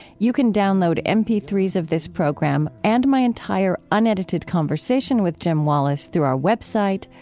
you can download m p three s of this program and my entire unedited conversation with jim wallis through our web site,